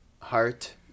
heart